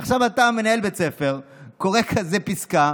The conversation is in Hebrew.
עכשיו, אתה מנהל בית ספר, קורא כזו פסקה,